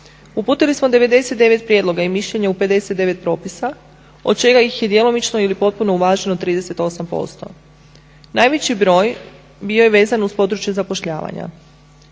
Uputili smo 99 prijedloga i mišljenja u 59 propisa od čega ih je djelomično ili potpuno uvaženo 38%. Najveći broj bio je vezan uz područje zapošljavanja.